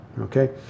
Okay